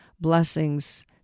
blessings